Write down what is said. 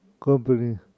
company